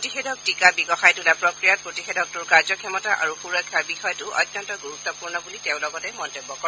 প্ৰতিষেধক টীকা বিকশাই তোলা প্ৰক্ৰিয়াত প্ৰতিষেধকটোৰ কাৰ্যক্ষমতা আৰু সুৰক্ষা বিষয়টো অত্যন্ত গুৰুত্বপূৰ্ণ বুলি তেওঁ লগতে মন্তব্য কৰে